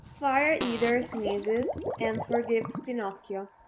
fire eater sneezes and forgives pinocchio,